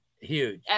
Huge